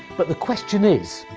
but the question is,